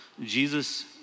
Jesus